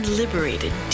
liberated